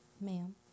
ma'am